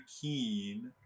keen